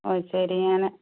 ആ ശരിയാണ്